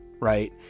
right